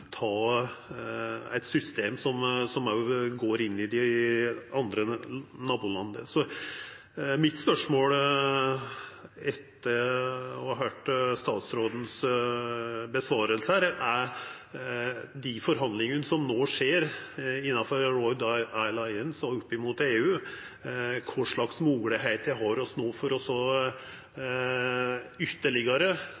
ta eit system som òg går inn i nabolanda. Mitt spørsmål, etter å ha høyrt svaret til statsråden, gjeld dei forhandlingane som no skjer innanfor Road Alliance og opp mot EU. Kva moglegheiter har vi no for ytterlegare å